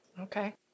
Okay